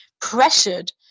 pressured